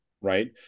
Right